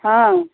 हँ